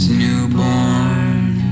newborn